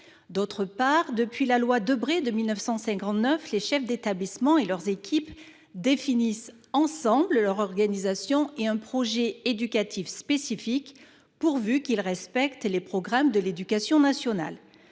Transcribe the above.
vigueur de la loi dite Debré de 1959, les chefs d’établissement et leurs équipes définissent ensemble leur organisation et un projet éducatif spécifique, pourvu qu’ils respectent les programmes de l’éducation nationale.